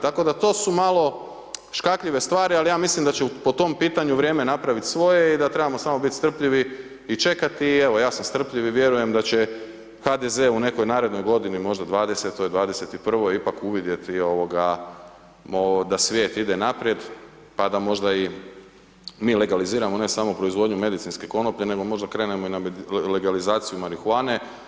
Tako da to su malo škakljive stvari ali ja mislim da će po tom pitanju vrijeme napraviti svoje i da trebamo samo biti strpljivi i čekati i evo ja sam strpljiv i vjerujem da će HDZ u nekoj narednoj godini, možda '20.-toj, '21.-oj ipak uvidjeti da svijet ide naprijed pa da možda i mi legaliziramo ne samo proizvodnju medicinske konoplje nego možda krenemo i na legalizaciju marihuane.